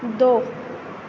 دو